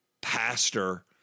pastor